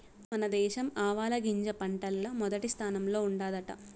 మన దేశం ఆవాలగింజ పంటల్ల మొదటి స్థానంలో ఉండాదట